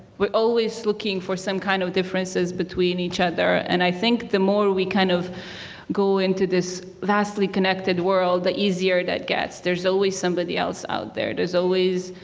were always looking for some kind of differnces between each other and i think the more we kind of go into this vastly connected world the easier that gets. there's always somebody else out there. there's always,